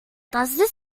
does